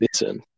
listen